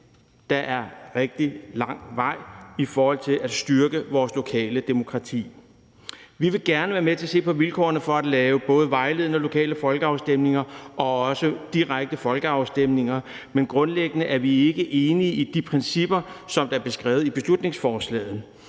der er rigtig lang vej i forhold til at styrke vores lokale demokrati. Vi vil gerne være med til at se på vilkårene for at lave både vejledende og lokale folkeafstemninger og også direkte folkeafstemninger, men grundlæggende er vi ikke enige i de principper, som er beskrevet i beslutningsforslaget.